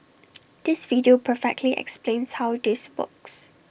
this video perfectly explains how this works